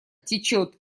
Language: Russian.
течёт